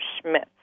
schmidt